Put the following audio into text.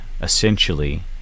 essentially